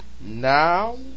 Now